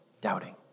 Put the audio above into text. doubting